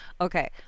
Okay